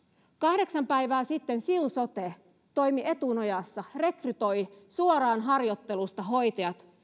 kahdeksan päivää sitten siun sote toimi etunojassa rekrytoi suoraan harjoittelusta hoitajat